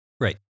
Right